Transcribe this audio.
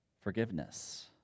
Forgiveness